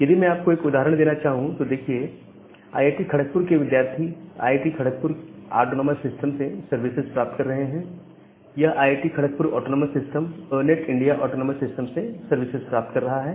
यदि मैं आपको एक उदाहरण देना चाहूं तो देखिए आईआईटी खड़कपुर के विद्यार्थी आईआईटी खड़कपुर ऑटोनॉमस सिस्टम से सर्विसिस प्राप्त कर रहे हैं और यह IIT Kharagpur autonomous system ERNET India autonomous system से सर्विसिस प्राप्त कर रहा है